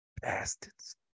bastards